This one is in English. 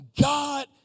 God